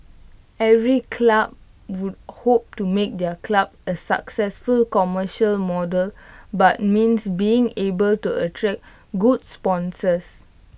every club would hope to make their club A successful commercial model but means being able to attract good sponsors